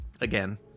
again